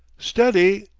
steady!